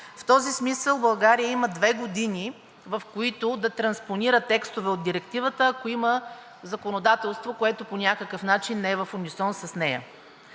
В този смисъл България има две години, в които да транспонира текстове от Директивата, ако има законодателство, което по някакъв начин не е в унисон с нея.